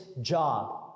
job